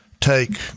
take